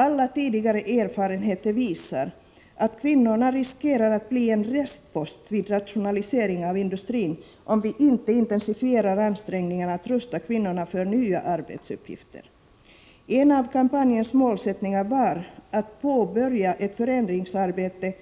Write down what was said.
Alla tidigare erfarenheter visar att kvinnorna riskerar att bli en ”restpost” vid rationalisering av industrin, om vi inte intensifierar ansträngningarna att rusta kvinnorna för nya arbetsuppgifter. En av kampanjens målsättningar var att påbörja ett förändringsarbete